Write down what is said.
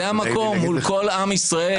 זה המקום, מול כל עם ישראל.